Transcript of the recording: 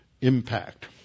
impact